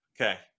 Okay